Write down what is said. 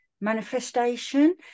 manifestation